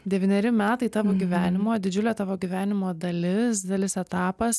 devyneri metai tavo gyvenimo didžiulė tavo gyvenimo dalis didelis etapas